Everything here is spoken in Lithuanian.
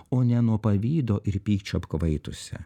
o ne nuo pavydo ir pykčio apkvaitusią